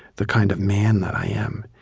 the kind of man that i am,